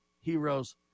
heroes